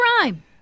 crime